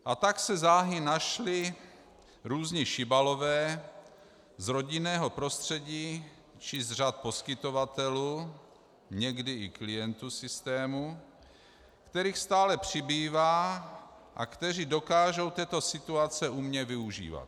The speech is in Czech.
A tak se záhy našli různí šibalové z rodinného prostředí či z řad poskytovatelů, někdy i klientů systému, kterých stále přibývá a kteří dokážou této situace umně využívat.